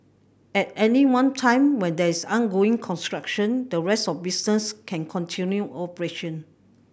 at any one time when a is undergoing construction the rest of the business can continue operation